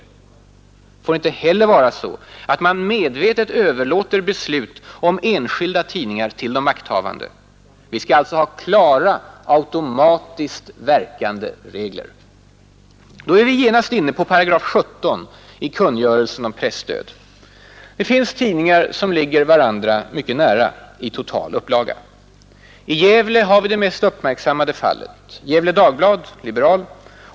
Det får heller inte vara så att man medvetet överlåter beslut om enskilda tidningar till de makthavande. Vi skall alltså ha klara, automatiskt verkande regler. Då är vi genast inne på 17 8 i kungörelsen om presstöd. Det finns tidningar som ligger varandra mycket nära i total upplaga. I Gävle har vi det mest uppmärksammade fallet. Gefle Dagblad